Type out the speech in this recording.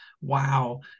wow